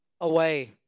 away